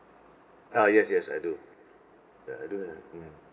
uh yes yes I do ya I do had mm